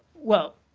well,